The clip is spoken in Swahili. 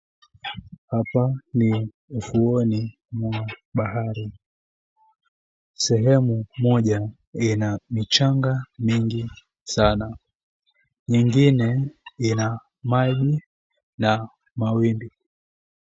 Hapa ni ufuoni mwa bahari. Sehemu moja ina michanga mingi sana. Mingine ina maji na mawimbi.